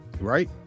Right